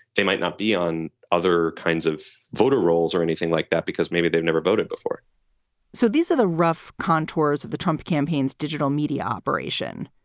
they might not be on other kinds of voter rolls or anything like that because maybe they've never voted before so these are the rough contours of the trump campaign's digital media operation.